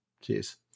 Cheers